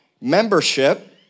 Membership